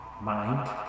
mind